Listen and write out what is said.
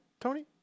Tony